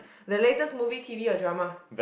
the latest movie T_V or drama